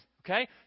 Okay